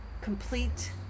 complete